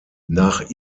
nach